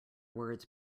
words